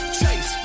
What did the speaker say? chase